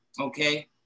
okay